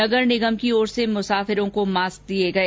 नगर निगम की ओर से मुसाफिरों को मास्क दिए गए